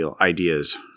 ideas